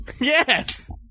Yes